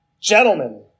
Gentlemen